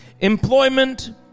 employment